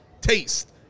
taste